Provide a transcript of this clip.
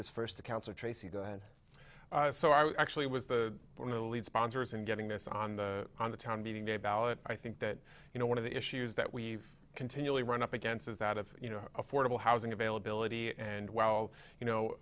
this first to counsel tracy go and so i actually was the lead sponsors in getting this on the on the town meeting a ballot i think that you know one of the issues that we've continually run up against is out of you know affordable housing availability and well you know